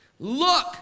Look